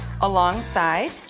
alongside